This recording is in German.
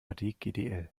hdgdl